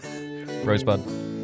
Rosebud